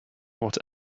what